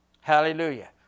Hallelujah